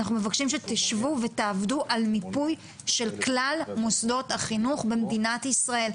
אנחנו מבקשים שתשבו ותעבדו על מיפוי של כלל מוסדות החינוך במדינת ישראל.